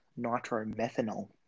nitromethanol